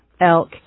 elk